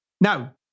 Now